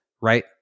right